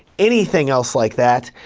anything else like that,